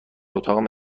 اتاقم